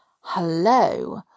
Hello